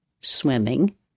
swimming